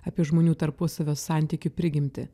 apie žmonių tarpusavio santykių prigimtį